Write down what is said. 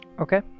Okay